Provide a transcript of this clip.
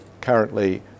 currently